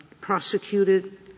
prosecuted